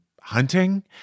hunting